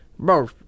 Bro